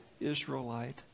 Israelite